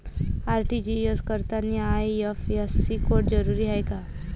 RTGS करतांनी IFSC code जरुरीचा हाय का?